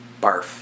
barf